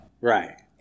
Right